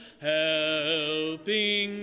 helping